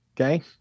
okay